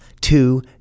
two